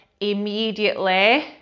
immediately